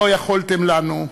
לא יכולתם לנו,